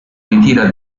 ritira